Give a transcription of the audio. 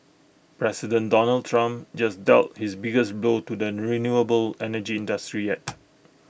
President Donald Trump just dealt his biggest blow to the renewable energy industry yet